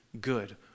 good